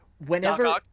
whenever